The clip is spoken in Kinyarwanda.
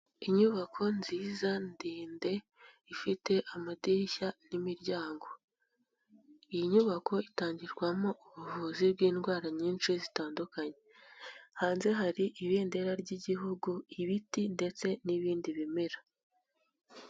Inyubako nziza ndende, ifite amadirishya n'imiryango. Iyi nyubako itangirwamo ubuvuzi bw'indwara nyinshi zitandukanye, hanze hari ibendera ry'Igihugu, ibiti ndetse n'ibindi bimera.